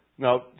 Now